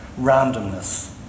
Randomness